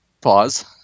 Pause